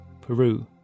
Peru